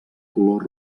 color